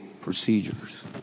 procedures